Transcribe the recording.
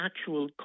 actual